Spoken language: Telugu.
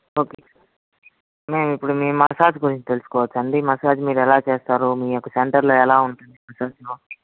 ఒకే మేము ఇప్పుడు మీ మసాజ్ గురించి తెలుసుకోవచ్చా అండి మసాజ్ మీరు ఎలా చేస్తారు మీ యొక్క సెంటర్లో ఎలా ఉంటుంది మసాజులో